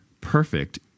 perfect